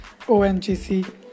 ONGC